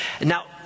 Now